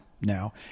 now